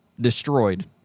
destroyed